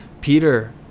Peter